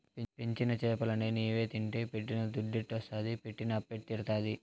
పెంచిన చేపలన్ని నీవే తింటే పెట్టిన దుద్దెట్టొస్తాది పెట్టిన అప్పెట్ట తీరతాది